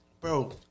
Bro